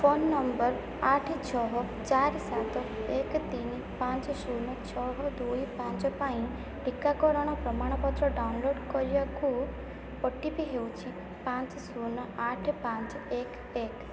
phone ନମ୍ବର ଆଠ ଛଅ ଚାରି ସାତ ଏକ ତିନି ପାଞ୍ଚ ଶୂନ ଛଅ ଦୁଇ ପାଞ୍ଚ ପାଇଁ ଟିକାକରଣ ପ୍ରମାଣପତ୍ର ଡାଉନଲୋଡ଼୍ କରିବାକୁ ଓ ଟି ପି ହେଉଛି ପାଞ୍ଚ ଶୂନ ଆଠ ପାଞ୍ଚ ଏକ ଏକ